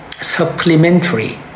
supplementary